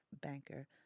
banker